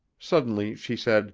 suddenly she said